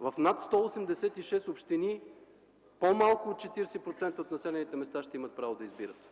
В над 186 общини по-малко от 40% от населените места ще имат правото да избират.